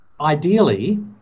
Ideally